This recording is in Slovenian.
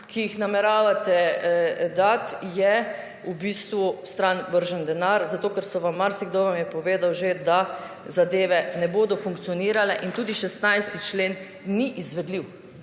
ki jih nameravate dati, je v bistvu stran vržen denar, zato ker so vam, marsikdo vam je povedal že, da zadeve ne bodo funkcionirale. In tudi 16. člen ni izvedljiv.